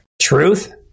Truth